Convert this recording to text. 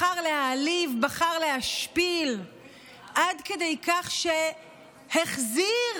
בחר להעליב, בחר להשפיל עד כדי כך שהחזיר